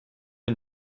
and